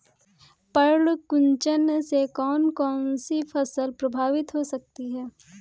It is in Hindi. पर्ण कुंचन से कौन कौन सी फसल प्रभावित हो सकती है?